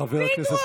חבר הכנסת